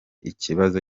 ikibazo